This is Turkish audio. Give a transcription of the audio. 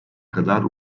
kadar